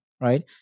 right